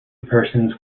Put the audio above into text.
persons